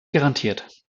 garantiert